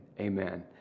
amen